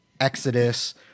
Exodus